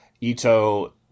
Ito